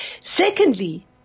Secondly